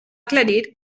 aclarir